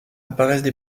apparaissent